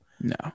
No